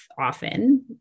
often